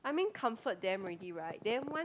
I mean comfort them already right then once